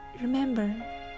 Remember